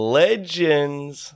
legends